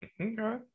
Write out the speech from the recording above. Okay